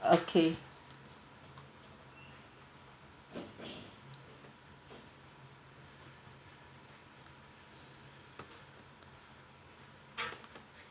okay